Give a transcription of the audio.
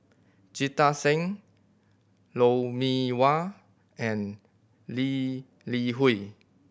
Jita Singh Lou Mee Wah and Lee Li Hui